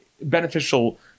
beneficial